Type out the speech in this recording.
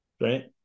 right